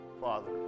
Father